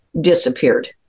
disappeared